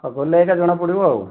ଗଲେ ଏକା ଜଣାପଡ଼ିବ ଆଉ